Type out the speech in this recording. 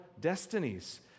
destinies